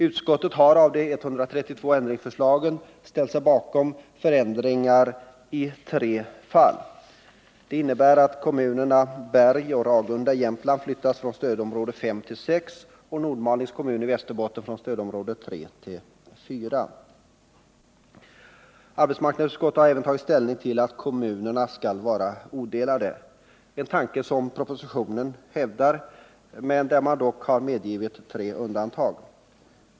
Utskottet har när det gäller de 132 ändringsförslagen ställt sig bakom förändringar i tre fall. Det innebär att kommunerna Berg och Ragunda i Jämtland uppflyttas från stödområde 5 till 6 och Nordmalings kommun i Västerbotten från stödområde 3 till 4. Arbetsmarknadsutskottet har även tagit ställning för att kommunerna skall vara odelade, en tanke som propositionen hävdar men som man dock medgivit tre undantag ifrån.